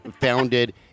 founded